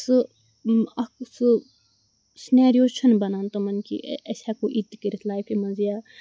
سُہ اَکھ سُہ سِنیرِیو چھِنہٕ بَنان تِمَن کیٚنٛہہ اسہِ ہیٚکو یہِ تہِ کٔرِتھ لایفہِ منٛز یا